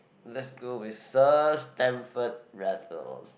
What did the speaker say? let's go with Sir Stamford Raffles